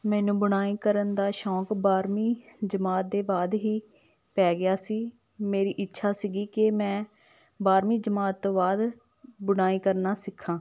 ਮੈਨੂੰ ਬੁਣਾਈ ਕਰਨ ਦਾ ਸ਼ੌਕ ਬਾਰਵੀਂ ਜਮਾਤ ਦੇ ਬਾਅਦ ਹੀ ਪੈ ਗਿਆ ਸੀ ਮੇਰੀ ਇੱਛਾ ਸੀਗੀ ਕਿ ਮੈਂ ਬਾਰਵੀਂ ਜਮਾਤ ਤੋਂ ਬਾਅਦ ਬੁਣਾਈ ਕਰਨਾ ਸਿੱਖਾ